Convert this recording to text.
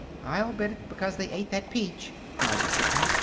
i'll bet it's because they ate that peach! cried the kitten.